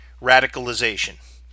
radicalization